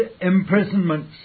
imprisonments